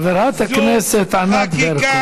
חברת הכנסת ענת ברקו.